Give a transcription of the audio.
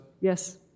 Yes